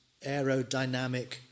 aerodynamic